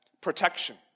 protection